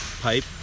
pipe